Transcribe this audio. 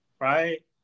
Right